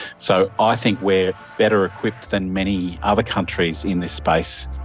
so i think we are better equipped than many other countries in this space.